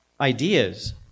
ideas